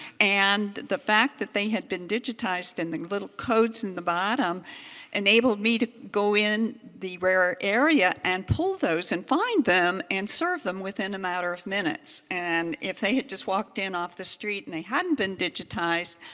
and the fact that they had been digitized and had little codes in the bottom enabled me to go in the rare area and pull those and find them and serve them within a matter of minutes. and if they had just walked in off the street and they hadn't been digitized,